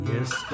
Yes